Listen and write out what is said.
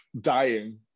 dying